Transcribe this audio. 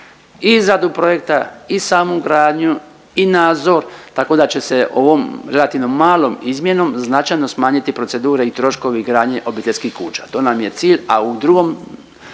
izradu projekta i samu gradnju i nadzor, tako da će se ovom relativno malom izmjenom značajno smanjiti procedure i troškovi gradnje obiteljskih kuća. To nam je cilj, a u drugom,